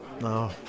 No